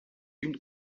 une